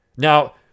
Now